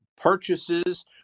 purchases